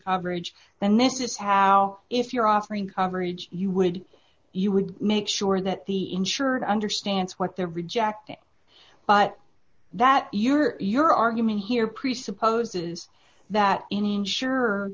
coverage then this is how if you're offering coverage you would you would make sure that the insured understands what they're rejecting but that your your argument here presupposes that any insure